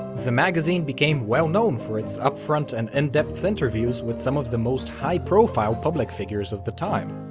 the magazine became well known for its upfront and in-depth interviews with some of the most high-profile public figures of the time.